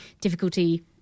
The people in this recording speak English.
difficulty